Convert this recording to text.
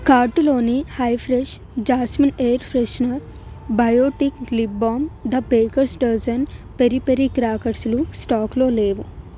కార్టులోని high fresh jasmine air freshener Biotique lip balm the baker's dozen peri peri క్రాకర్స్లు స్టాకులో లేవు